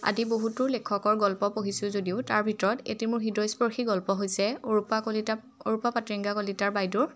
আদি বহুতো লেখকৰ গল্প পঢ়িছোঁ যদিও তাৰ ভিতৰত এটি মোৰ হৃদয়স্পৰ্শী গল্প হৈছে অৰুপা কলিতা অৰুপা পাতিয়াংগা কলিতা বাইদেউৰ